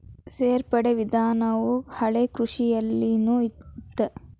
ಸೇರ್ಪಡೆ ವಿಧಾನವು ಹಳೆಕೃಷಿಯಲ್ಲಿನು ಇತ್ತ